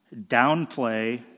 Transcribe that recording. Downplay